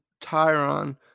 Tyron